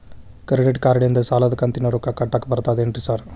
Credit ಕಾರ್ಡನಿಂದ ಸಾಲದ ಕಂತಿನ ರೊಕ್ಕಾ ಕಟ್ಟಾಕ್ ಬರ್ತಾದೇನ್ರಿ ಸಾರ್?